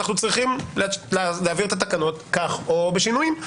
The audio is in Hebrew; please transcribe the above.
אנחנו צריכים להעביר את התקנות כך או בשינויים,